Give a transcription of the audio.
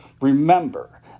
remember